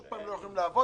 הסגר.